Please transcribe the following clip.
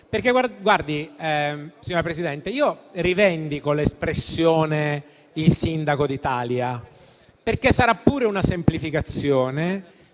io rivendico l'espressione "sindaco d'Italia", perché sarà pure una semplificazione,